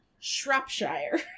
Shropshire